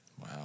Wow